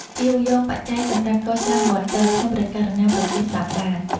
ជាវយកបច្ច័យសម្រាប់កសាងវត្តទៅ ខ្ញុំព្រះករុណាប្រគេន ១០ បាទ"។